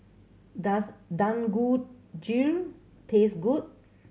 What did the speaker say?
does Dangojiru taste good